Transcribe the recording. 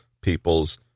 peoples